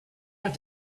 have